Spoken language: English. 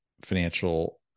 financial